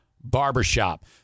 Barbershop